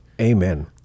Amen